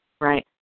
Right